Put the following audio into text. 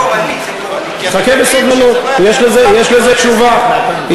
יש לזה תשובה.